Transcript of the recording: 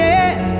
Yes